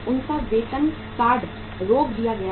उनका वेतन कार्ड रोक दिया गया था